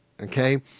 Okay